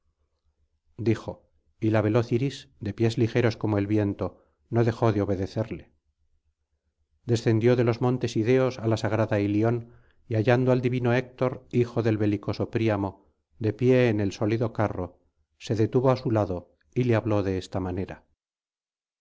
dijo y la veloz iris de pies ligeros como el viento no dejó de obedecerle descendió de los montes ideos á la sagrada ilion y hallando al divino héctor hijo del belicoso príamo de pie en el sólido carro se detuvo á su lado y le habló de esta manera